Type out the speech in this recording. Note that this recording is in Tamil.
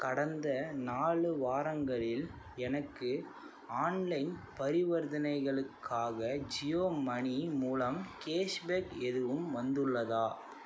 கடந்த நாலு வாரங்களில் எனக்கு ஆன்லைன் பரிவர்த்தனைகளுக்காக ஜியோ மணி மூலம் கேஷ்பேக் எதுவும் வந்துள்ளதா